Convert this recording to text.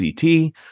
ct